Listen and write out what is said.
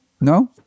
No